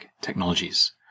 technologies